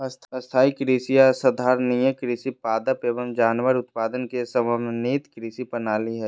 स्थाई कृषि या संधारणीय कृषि पादप एवम जानवर के उत्पादन के समन्वित कृषि प्रणाली हई